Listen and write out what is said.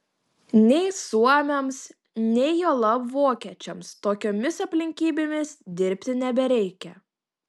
nei suomiams nei juolab vokiečiams tokiomis aplinkybėmis dirbti nebereikia